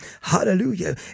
Hallelujah